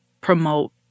promote